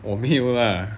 我没有 lah